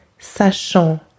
sachant